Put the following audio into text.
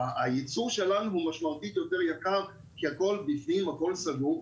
הייצור שלנו הוא משמעותית יותר יקר כי הכל בפנים והכל סגור,